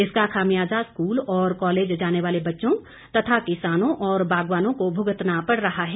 इसका खामियाजा स्कूल और कॉलेज जाने वाले बच्चों तथा किसानों और बागवानों को भुगतना पड़ रहा है